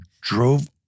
drove